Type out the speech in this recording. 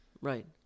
Right